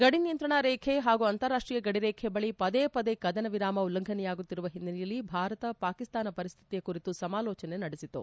ಗಡಿ ನಿಯಂತ್ರಣ ರೇಬೆ ಹಾಗೂ ಅಂತಾರಾಷ್ಟೀಯ ಗಡಿ ರೇಬೆಯ ಬಳಿ ಪದೇಪದೆ ಕದನ ವಿರಾಮ ಉಲ್ಲಂಘನೆಯಾಗುತ್ತಿರುವ ಹಿನ್ನೆಲೆಯಲ್ಲಿ ಭಾರತ ಪಾಕಿಸ್ತಾನ ಪರಿಸ್ಥಿತಿಯ ಕುರಿತು ಸಮಾಲೋಚನೆ ನಡೆಸಿತು